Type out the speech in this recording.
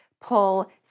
pull